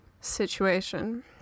situation